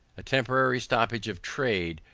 a temporary stoppage of trade,